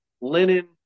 linen